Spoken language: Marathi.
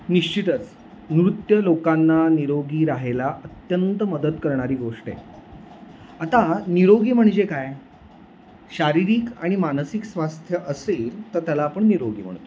निश्चितच नृत्य लोकांना निरोगी राहायला अत्यंत मदत करणारी गोष्ट आहे आता निरोगी म्हणजे काय शारीरिक आणि मानसिक स्वास्थ्य असेल तर त्याला आपण निरोगी म्हणतो